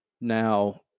Now